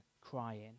crying